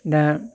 दा